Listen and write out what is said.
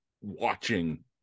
watching